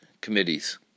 Committees